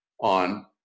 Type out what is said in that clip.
on